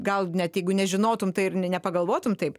gal net jeigu nežinotum tai ir ne nepagalvotum taip